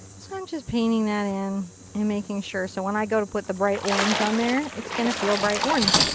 so i'm just painting that in and making sure so when i go to put the bright orange on there it's going to feel bright orange.